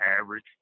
average